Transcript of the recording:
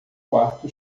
quarto